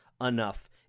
enough